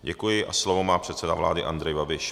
Děkuji a slovo má předseda vlády, Andrej Babiš.